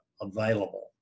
available